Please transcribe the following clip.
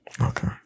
Okay